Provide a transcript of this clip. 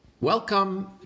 Welcome